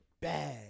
Bad